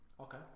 Okay